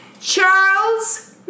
Charles